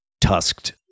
tusked